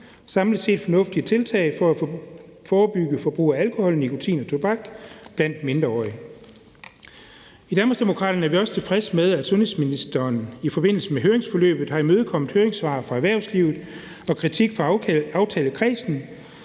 samlet set fornuftige tiltag for at forebygge forbrug af alkohol, nikotin og tobak blandt mindreårige. I Danmarksdemokraterne er vi også tilfredse med, at sundhedsministeren i forbindelse med høringsforløbet har imødekommet høringssvar fra erhvervslivet og kritik fra aftalekredsen